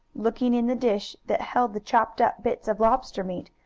looking in the dish that held the chopped-up bits of lobster meat,